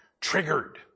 Triggered